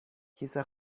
کیسه